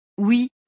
Oui